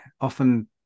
often